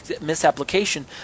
misapplication